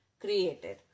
created